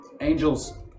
angel's